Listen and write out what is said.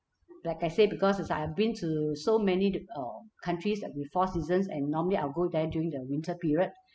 like I say because it's like I have been to so many di~ uh countries that with four seasons and normally I will go there during the winter period